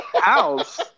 House